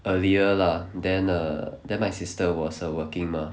earlier lah then uh then my sister was err working mah